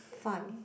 five